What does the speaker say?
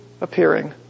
appearing